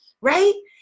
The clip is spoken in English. Right